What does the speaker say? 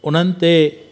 उन्हनि ते